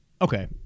Okay